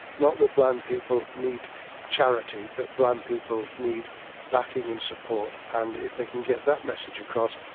not that blind people need charity, but blind people need backing and support. and if they can get that message across,